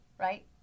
Right